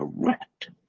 Correct